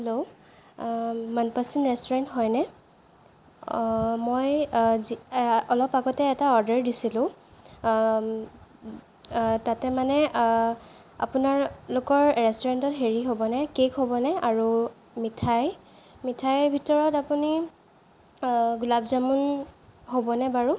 hello মনপছন্দ restaurant হয়নে মই অলপ আগতে এটা অৰ্ডাৰ দিছিলো তাতে মানে আপোনালোকৰ ৰেষ্টোৰেণ্টত হেৰি হ'বনে কেক হ'বনে আৰু মিঠাই মিঠাইৰ ভিতৰত আপুনি গোলাব জামুন হ'বনে বাৰু